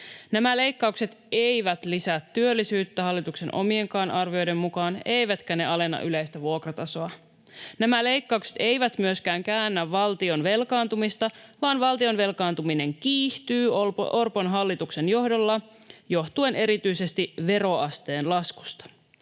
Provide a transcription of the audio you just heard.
Nämä leikkaukset eivät lisää työllisyyttä hallituksen omienkaan arvioiden mukaan, eivätkä ne alenna yleistä vuokratasoa. Nämä leikkaukset eivät myöskään käännä valtion velkaantumista, vaan valtion velkaantuminen kiihtyy Orpon hallituksen johdolla johtuen erityisesti veroasteen laskusta.